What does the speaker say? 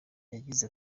yagize